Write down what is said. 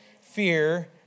fear